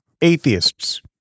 Atheists